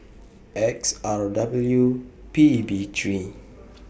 X R W P B three